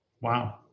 Wow